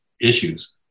issues